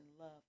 love